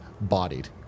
Bodied